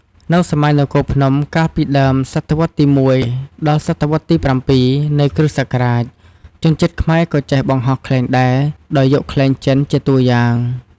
នៅសម័យនគរភ្នំកាលពីដើម សតវត្ស ទី១ ដល់ សតវត្ស ទី៧ នៃ គ្រិស្ដសករាជ ជនជាតិខ្មែរក៏ចេះបង្ហោះខ្លែងដែរ ដោយយកខ្លែងចិនជាតួយ៉ាង។